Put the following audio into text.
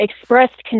expressed